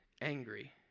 angry